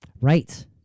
right